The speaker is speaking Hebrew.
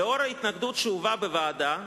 לנוכח ההתנגדות שהובעה בוועדה,